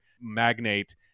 magnate